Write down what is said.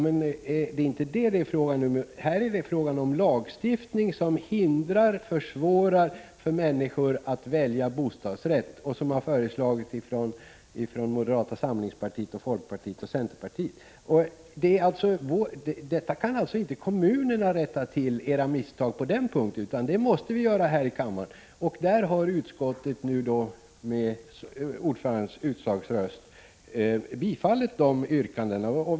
Men det gäller inte detta nu, utan här handlar det om en lagstiftning som hindrar och försvårar för människorna att välja bostadsrätt och som går emot förslag från moderata samlingspartiet, folkpartiet och centern. Kommunerna kan inte rätta till era misstag på denna punkt, utan det måste vi göra här i kammaren, och där har utskottet med ordförandens utslagsröst tillstyrkt våra yrkanden.